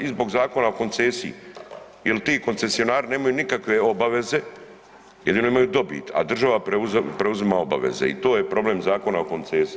I zbog Zakona o koncesiji jel ti koncesionari nemaju nikakve obaveze, jedino imaju dobit, a država preuzima obaveze i to je problem Zakona o koncesiji.